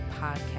podcast